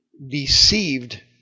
Deceived